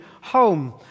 home